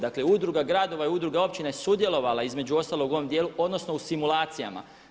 Dakle Udruga gradova i Udruga općina je sudjelovala između ostalog u ovom dijelu odnosno u simulacijama.